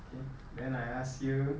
okay then I ask you